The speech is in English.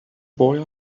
boy